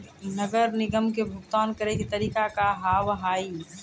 नगर निगम के भुगतान करे के तरीका का हाव हाई?